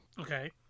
Okay